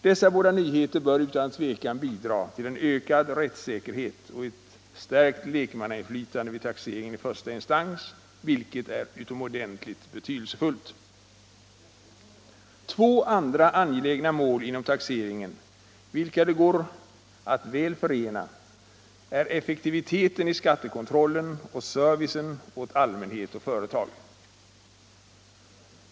Dessa båda nyheter bör utan tvekan bidra till en ökad rättssäkerhet och ett stärkt lekmannainflytande vid taxeringen i första instans, vilket är utomordentligt betydelsefullt. Två andra angelägna mål inom taxeringen, vilka det går att väl förena, är effektiviteten i skattekontrollen och servicen åt allmänhet och företag.